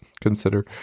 consider